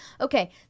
okay